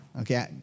Okay